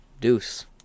Deuce